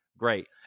Great